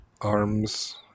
arms